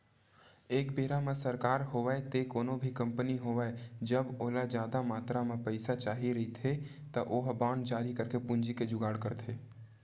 एक बेरा म सरकार होवय ते कोनो भी कंपनी होवय जब ओला जादा मातरा म पइसा चाही रहिथे त ओहा बांड जारी करके पूंजी के जुगाड़ करथे